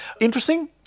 Interesting